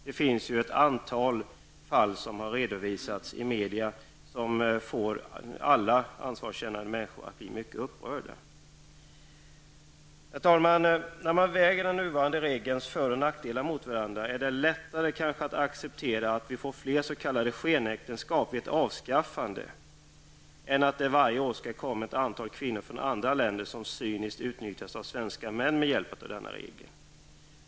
Det finns ett antal fall som har redovisats i media och som får alla ansvarskännande människor att bli mycket upprörda. Herr talman! När man väger den nuvarande regelns för och nackdelar mot varandra är det kanske lättare att acceptera att vi får fler s.k. skenäktenskap vid ett avskaffande av regeln än att det varje år skall komma ett antal kvinnor från andra länder som cyniskt utnyttjas av svenska män med hjälp av denna regel.